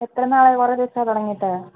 എത്ര നാളായി കുറേ ദിവസം ആയോ തുടങ്ങിയിട്ട്